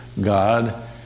God